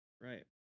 right